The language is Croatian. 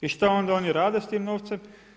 I šta onda oni rade s tim novcem?